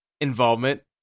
involvement